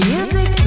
Music